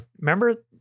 Remember